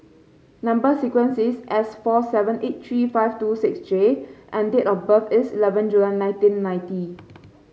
number sequence is S four seven eight three five two six J and date of birth is eleven July nineteen ninety